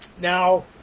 now